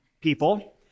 people